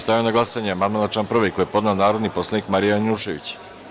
Stavljam na glasanje amandman na član 1. koji je podnela narodni poslanik Marija Janjušević.